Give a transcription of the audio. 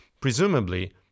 presumably